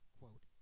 quote